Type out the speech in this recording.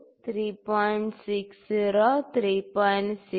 60 3